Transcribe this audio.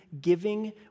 giving